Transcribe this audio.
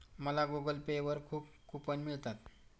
मला Google Pay वर खूप कूपन मिळतात